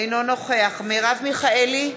אינו נוכח מרב מיכאלי,